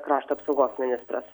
krašto apsaugos ministras